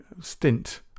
stint